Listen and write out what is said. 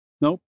Nope